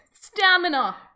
stamina